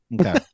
Okay